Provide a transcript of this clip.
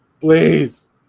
Please